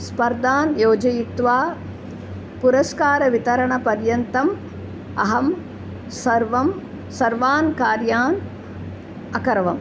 स्पर्धान् योजयित्वा पुरस्कारवितरणपर्यन्तम् अहं सर्वं सर्वान् कार्यान् अकर्वम्